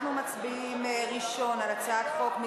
אנחנו מצביעים על הצעת החוק הראשונה,